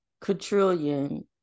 quadrillion